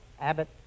Abbott